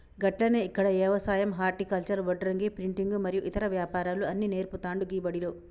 గట్లనే ఇక్కడ యవసాయం హర్టికల్చర్, వడ్రంగి, ప్రింటింగు మరియు ఇతర వ్యాపారాలు అన్ని నేర్పుతాండు గీ బడిలో